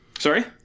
Sorry